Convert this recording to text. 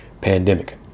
pandemic